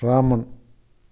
Raman